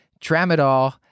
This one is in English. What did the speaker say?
tramadol